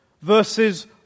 verses